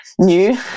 new